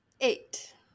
Eight